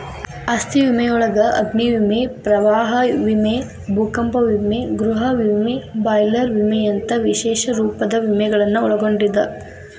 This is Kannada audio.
ಆಸ್ತಿ ವಿಮೆಯೊಳಗ ಅಗ್ನಿ ವಿಮೆ ಪ್ರವಾಹ ವಿಮೆ ಭೂಕಂಪ ವಿಮೆ ಗೃಹ ವಿಮೆ ಬಾಯ್ಲರ್ ವಿಮೆಯಂತ ವಿಶೇಷ ರೂಪದ ವಿಮೆಗಳನ್ನ ಒಳಗೊಂಡದ